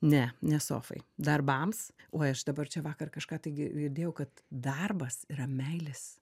ne ne sofai darbams uoj aš dabar čia vakar kažką tai girdėjau kad darbas yra meilės